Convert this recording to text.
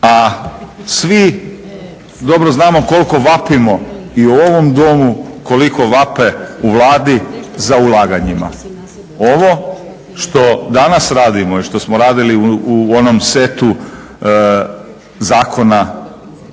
a svi dobro znamo koliko vapimo i u ovom Domu, koliko vape u Vlade za ulaganjima. Ovo što danas radimo i što smo radili u onom setu zakona